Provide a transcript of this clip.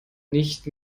nicht